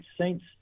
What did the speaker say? saints